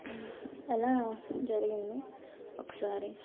అలా జరిగింది ఒకసారి